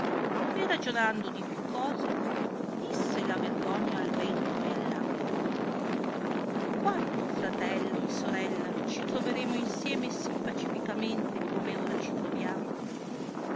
e ragionando di più cose disse la vergogna al vento e all'acqua quando fratello e sorella ci troveremo insieme sì pacificamente come ora ci troviamo